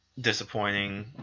disappointing